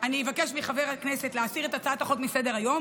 אני אבקש מחבר הכנסת להסיר את הצעת החוק מסדר-היום.